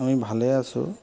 আমি ভালেই আছোঁ